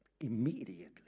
immediately